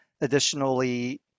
Additionally